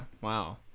Wow